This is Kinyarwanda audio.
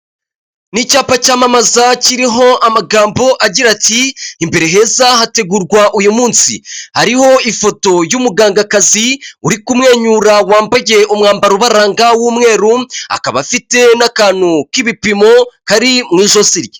Ni icyapa cyamamaza kiriho amagambo agira ati;" imbere heza hategurwa uyu munsi." Hariho ifoto y'umugangakazi uri kumwenyura wambaye umwambaro ubaranga w'umweru, akaba afite n'akantu k'ibipimo kari mu ijosi.